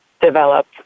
develop